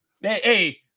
Hey